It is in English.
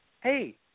Hey